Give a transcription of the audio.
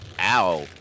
Ow